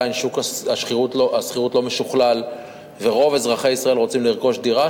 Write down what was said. שעדיין שוק השכירות לא משוכלל ורוב אזרחי ישראל רוצים לרכוש דירה,